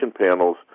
panels